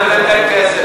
כסף,